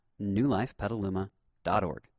newlifepetaluma.org